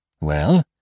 Well